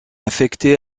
affecté